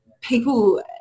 People